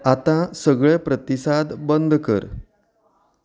आतां सगळें प्रतिसाद बंद कर